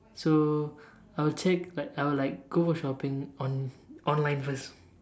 so I will check like I will like go for shopping on online first